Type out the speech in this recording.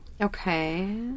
okay